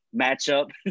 matchup